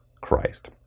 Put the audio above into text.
Christ